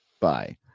bye